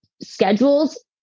schedules